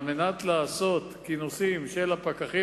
על מנת לעשות כינוסים של הפקחים,